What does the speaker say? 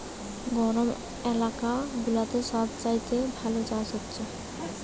গরম এলাকা গুলাতে সব চাইতে ভালো চাষ হচ্ছে